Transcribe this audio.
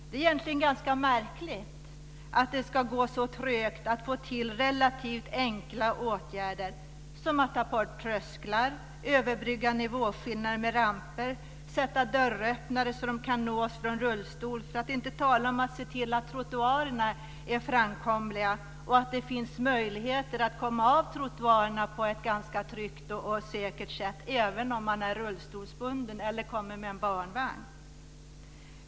Det är egentligen ganska märkligt att det ska gå så trögt att få till relativt enkla åtgärder som att ta bort trösklar, överbrygga nivåskillnader med ramper, sätta dörröppnare så att de kan nås från rullstol, för att inte tala om att se till att trottoarerna är framkomliga och att det finns möjligheter att komma ned från trottoarerna på ett tryggt och säkert sätt även om man är rullstolsburen eller har en barnvagn.